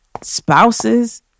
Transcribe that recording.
spouses